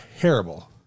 terrible